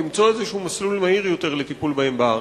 למצוא איזה מסלול מהיר יותר לטיפול בהן בארץ.